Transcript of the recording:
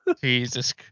Jesus